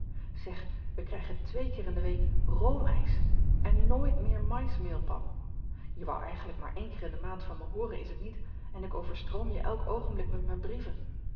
eg we krijgen twee keer in de week roomijs en nooit meer maismeelpap e wou eigenlijk maar één keer in de maand van me hooren is het niet en ik overstroom je elk oogenblik met mijn brieven